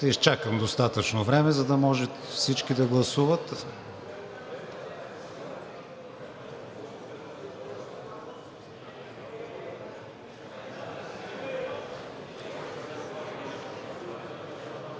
изчакам достатъчно време, за да могат всички да гласуват.